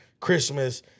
Christmas